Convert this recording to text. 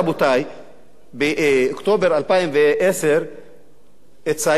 באוקטובר 2010 צעיר תוניסאי,